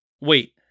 Wait